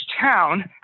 town